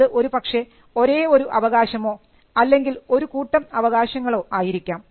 അത് ഒരുപക്ഷേ ഒരേ ഒരു അവകാശമോ അല്ലെങ്കിൽ ഒരു കൂട്ടം അവകാശങ്ങളോ ആയിരിക്കാം